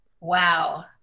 Wow